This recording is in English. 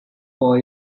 four